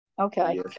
Okay